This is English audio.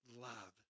love